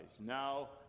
Now